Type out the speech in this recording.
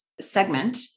segment